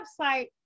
website